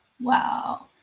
wow